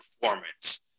performance